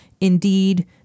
indeed